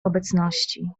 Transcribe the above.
obecności